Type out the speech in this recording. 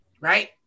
right